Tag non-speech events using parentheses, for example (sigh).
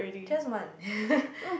just one (breath)